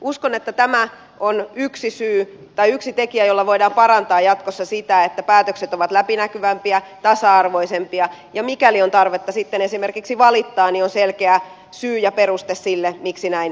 uskon että tämä on yksi tekijä jolla voidaan parantaa jatkossa sitä että päätökset ovat läpinäkyvämpiä tasa arvoisempia ja mikäli on tarvetta sitten esimerkiksi valittaa niin on selkeä syy ja peruste siihen miksi näin